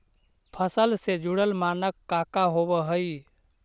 फसल से जुड़ल मानक का का होव हइ?